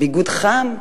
ביגוד חם?